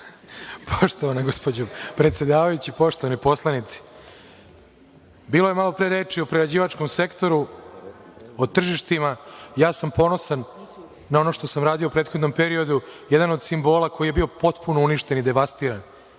Poštovana gospođo predsedavajuća, poštovani poslanici. Bilo je malo reči o prerađivačkom sektoru, o tržištima. Ponosan sam na ono što sam radio u prethodnom periodu, jedan od simbola koji je bio potpuno uništen i devastiran,